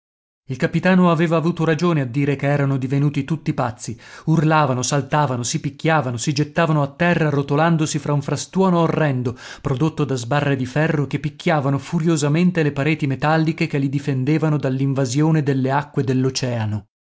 il capitano aveva avuto ragione a dire che erano divenuti tutti pazzi urlavano saltavano si picchiavano si gettavano a terra rotolandosi fra un frastuono orrendo prodotto da sbarre di ferro che picchiavano furiosamente le pareti metalliche che li difendevano dall'invasione delle acque